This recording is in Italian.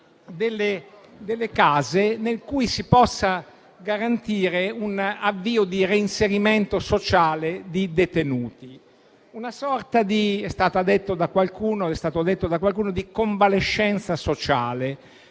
delle case in cui si possa garantire un avvio di reinserimento sociale di detenuti. Com'è stato detto da qualcuno, si tratta una sorta